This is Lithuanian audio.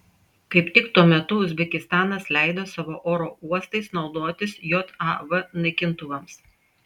kaip tik tuo metu uzbekistanas leido savo oro uostais naudotis jav naikintuvams